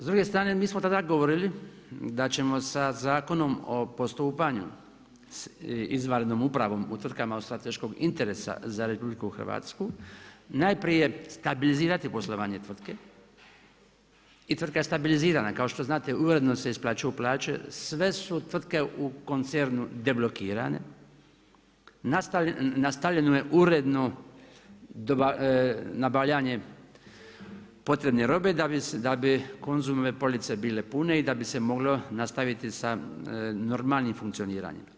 S druge strane mi smo tada govorili da ćemo sa Zakonom o postupanju i izvanrednom upravom u tvrtkama od strateškog interesa za RH najprije stabilizirati poslovanje tvrtke i tvrtka je stabilizirana, kao što znate uredno se isplaćuju plaće, sve su tvrtke u koncernu deblokirane, nastavljeno je uredno nabavljanje potrebne robe da bi Konzumove police bile pune i da bi se moglo nastaviti sa normalnim funkcioniranjem.